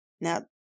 Now